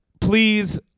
please